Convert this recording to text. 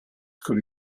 could